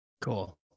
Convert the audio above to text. Cool